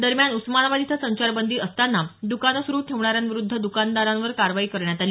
दरम्यान उस्मानाबाद इथं संचारबंदी असताना दुकानं सुरु ठेवणाऱ्यांविरुद्ध द्कानदारांवर काल कारवाई करण्यात आली